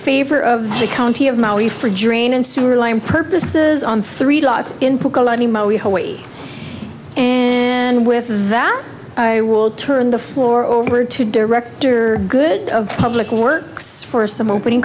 favor of the county of maui for drain and sewer line purposes on three dots in hawaii and with that i will turn the floor over to director good of public works for some opening